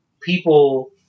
people